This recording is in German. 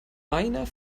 meiner